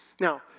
Now